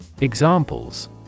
Examples